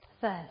first